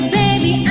baby